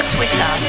Twitter